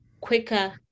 quicker